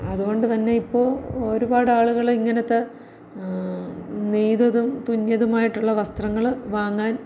അതുകൊണ്ട് തന്നെ ഇപ്പോൾ ഒരുപാട് ആളുകൾ ഇങ്ങനത്തെ നെയ്തതും തുന്നിയതുമായിട്ടുള്ള വസ്ത്രങ്ങൾ വാങ്ങാൻ